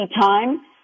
time